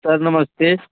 sir नमस्ते